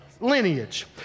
Lineage